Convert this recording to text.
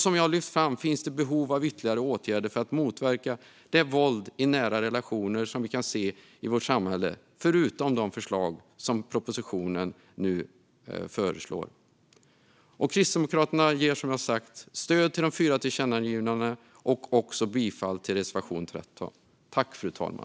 Som jag har lyft fram finns det behov av ytterligare åtgärder - förutom de åtgärder som föreslås i propositionen - för att motverka det våld i nära relationer som vi kan se i vårt samhälle. Kristdemokraterna ger, som jag har sagt, stöd till de fyra tillkännagivandena. Jag yrkar bifall till reservation 13.